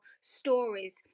stories